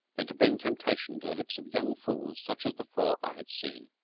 than to bring temptation to the lips of young fools such as the four i had seen.